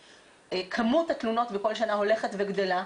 כמות התלונות בכל שנה הולכת וגדלה.